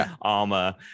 armor